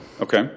Okay